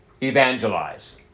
evangelize